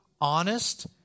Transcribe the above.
honest